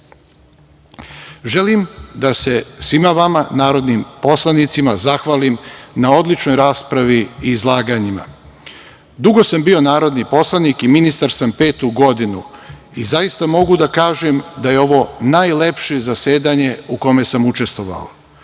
da se svima vama narodnim poslanicima zahvalim na odličnoj raspravi i izlaganjima. Dugo sam bio narodni poslanik i ministar sam petu godinu, i zaista mogu da kažem da je ovo najlepše zasedanje u kome sam učestvovao.